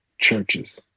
churches